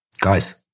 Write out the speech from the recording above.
Guys